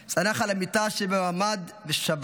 צנח על המיטה שבממ"ד ושבר אותה",